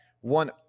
one